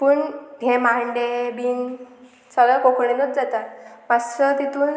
पूण हे मांडे बीन सगळे कोंकणीनूच जातात मातसो तितून